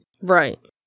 right